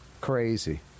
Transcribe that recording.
Crazy